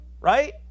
right